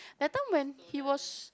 that time when he was